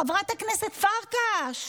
חברת הכנסת פרקש,